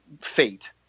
fate